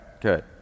good